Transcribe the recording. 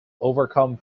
overcome